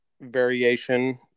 variation